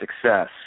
success